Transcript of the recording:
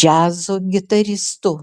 džiazo gitaristu